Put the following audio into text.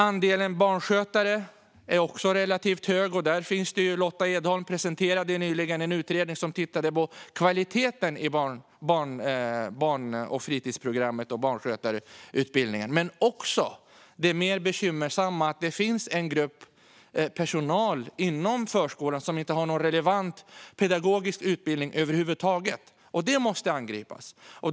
Andelen barnskötare är också relativt hög, och Lotta Edholm presenterade nyligen en utredning där hon tittat på kvaliteten i barn och fritidsprogrammet och barnskötarutbildningen. Hon konstaterade det bekymmersamma att det finns en grupp personal inom förskolan som inte har någon relevant pedagogisk utbildning över huvud taget. Det måste angripas.